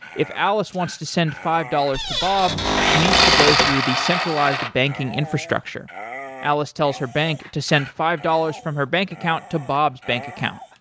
if alice wants to send five dollars to bob, she needs to go through the centralized banking infrastructure alice tells her bank to send five dollars from her bank account to bob's bank account.